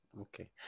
Okay